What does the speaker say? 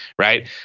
right